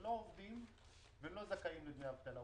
שלא עובדים ולא זכאים לדמי אבטלה.